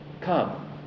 come